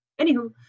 Anywho